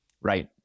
Right